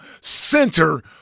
center